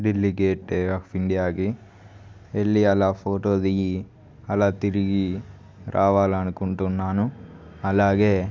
Delhi gate of ఇండియాకి వెళ్ళి అలా ఫోటో దిగి అలా తిరిగి రావాలనుకుంటున్నాను అలాగే